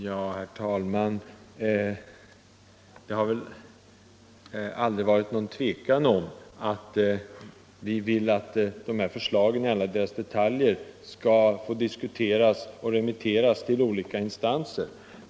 Herr talman! Det har väl aldrig rått något tvivel om att vi vill att dessa förslag i alla detaljer skall remitteras till olika instanser och diskuteras där.